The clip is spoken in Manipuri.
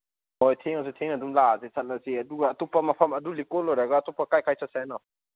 ꯍꯣꯏ ꯊꯦꯡꯉꯁꯨ ꯊꯦꯡꯅ ꯑꯗꯨꯝ ꯂꯥꯛꯑꯒꯦ ꯆꯠꯂꯁꯤ ꯑꯗꯨꯒ ꯑꯇꯣꯞꯄ ꯃꯐꯝ ꯑꯗꯨ ꯂꯤꯀꯣꯟ ꯂꯣꯏꯔꯒ ꯑꯇꯣꯞꯄ ꯀꯗꯥꯏ ꯀꯗꯥꯏ ꯆꯠꯁꯦ ꯍꯥꯏꯔꯤꯅꯣ